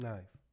Nice